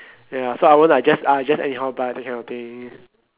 ya so I won't like just ah just anyhow buy that kind of thing